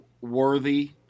worthy